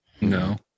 No